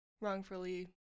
wrongfully